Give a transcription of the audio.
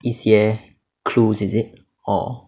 一些 clues is it or